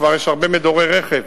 וכבר יש הרבה מדורי רכב,